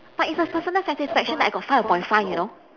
but it's a personal satisfaction that I got five upon five you know